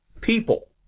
people